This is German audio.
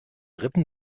rippen